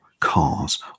cars